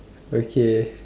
okay